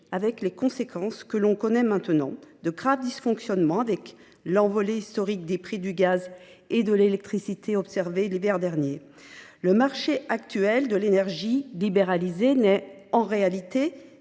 a eu les conséquences que l’on connaît aujourd’hui : les graves dysfonctionnements dus à l’envolée historique des prix du gaz et de l’électricité observés l’hiver dernier. Le marché actuel de l’énergie libéralisé n’est, en réalité,